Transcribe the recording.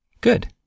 Good